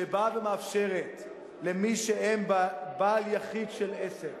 שבאה ומאפשרת ליחיד שהוא בעל עסק